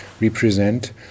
represent